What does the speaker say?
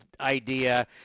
idea